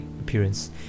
appearance